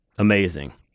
amazing